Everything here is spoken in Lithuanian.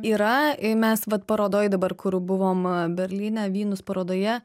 yra mes vat parodoj dabar kur buvom berlyne vynus parodoje